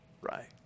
Right